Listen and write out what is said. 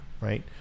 right